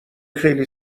خیلی